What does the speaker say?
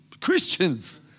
Christians